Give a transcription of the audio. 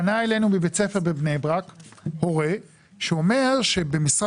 פנה אלינו מבית ספר בבני ברק הורה שאומר שבמשרד